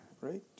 right